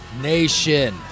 Nation